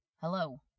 Hello